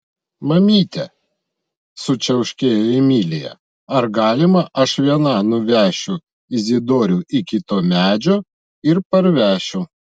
mamyte sučiauškėjo emilija ar galima aš viena nuvešiu izidorių iki to medžio ir parvešiu